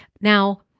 Now